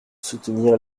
soutenir